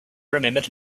remembered